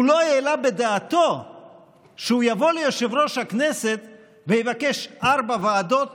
הוא לא העלה בדעתו שהוא יבוא ליושב-ראש הכנסת ויבקש ארבע ועדות